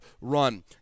run